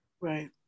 Right